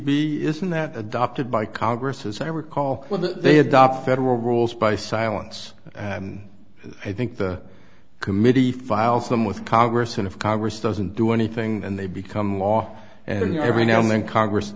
be isn't that adopted by congress as i recall although they adopt federal rules by silence and i think the committee files them with congress and of congress doesn't do anything and they become law and every now and then congress